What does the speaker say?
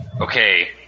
Okay